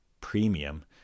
premium